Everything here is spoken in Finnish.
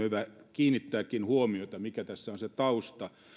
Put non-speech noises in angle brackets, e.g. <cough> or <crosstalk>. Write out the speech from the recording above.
<unintelligible> hyvä kiinnittääkin huomiota siihen mikä tässä on se tausta